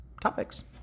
topics